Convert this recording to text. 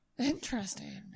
interesting